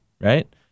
right